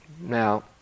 Now